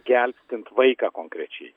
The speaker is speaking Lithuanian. gelbstint vaiką konkrečiai